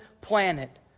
planet